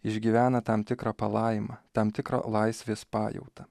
išgyvena tam tikrą palaimą tam tikrą laisvės pajautą